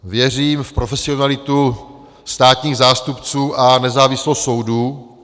Věřím v profesionalitu státních zástupců a nezávislost soudu.